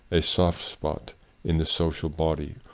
a soft spot in the social body,